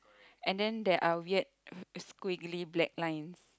and then there are weird squiggly black lines